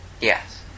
Yes